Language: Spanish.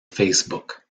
facebook